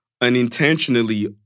unintentionally